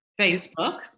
Facebook